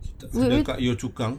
dekat dekat yio chu kang